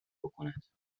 بکند